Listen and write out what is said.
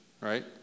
right